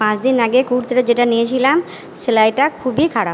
পাঁচ দিন আগে কুর্তিটা যেটা নিয়েছিলাম সেলাইটা খুবই খারাপ